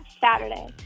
saturday